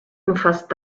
umfasst